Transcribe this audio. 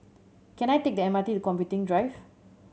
can I take the M R T to Computing Drive